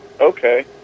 Okay